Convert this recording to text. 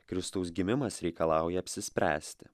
kristaus gimimas reikalauja apsispręsti